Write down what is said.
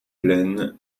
plaines